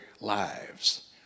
lives